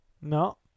No